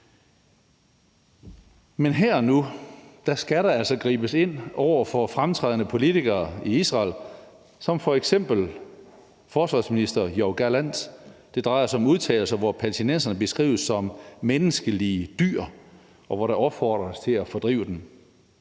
Men her og nu skal der altså gribes ind over for fremtrædende politikere i Israel som f.eks. forsvarsminister Yoav Gallant. Det drejer sig om udtalelser, hvor palæstinenserne beskrives som menneskelige dyr, og hvor der opfordres til at fordrive dem.